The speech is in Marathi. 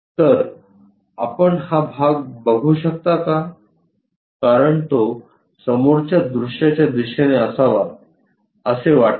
तर आपण हा भाग बघू शकता का कारण तो समोरच्या दृश्याच्या दिशेने असावा असे वाटते